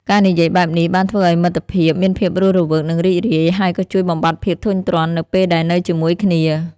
ការនិយាយបែបនេះបានធ្វើឱ្យមិត្តភាពមានភាពរស់រវើកនិងរីករាយ ហើយក៏ជួយបំបាត់ភាពធុញទ្រាន់នៅពេលដែលនៅជាមួយគ្នា។